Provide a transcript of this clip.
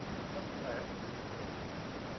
what would i have to do with ben nicholson?